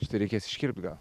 šitą reikės iškirpt gal